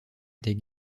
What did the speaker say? des